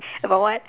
about what